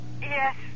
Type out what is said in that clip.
Yes